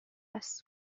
است